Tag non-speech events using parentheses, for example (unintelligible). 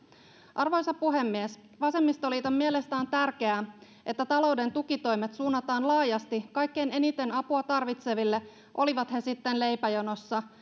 arvoisa puhemies vasemmistoliiton mielestä on tärkeää että talouden tukitoimet suunnataan laajasti kaikkein eniten apua tarvitseville olivat he sitten leipäjonossa (unintelligible)